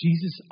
Jesus